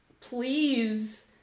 please